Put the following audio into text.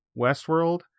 Westworld